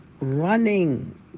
running